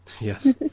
yes